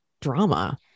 drama